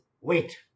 wait